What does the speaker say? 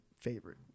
favorite